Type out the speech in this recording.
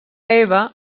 eva